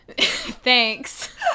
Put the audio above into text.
thanks